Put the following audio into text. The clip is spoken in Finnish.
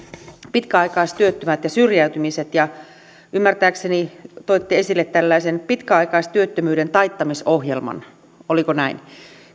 pitkäaikaistyöttömät ja syrjäytymisen ja ymmärtääkseni toitte esille pitkäaikaistyöttömyyden taittamisohjelman oliko näin